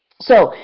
so,